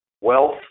wealth